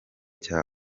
cya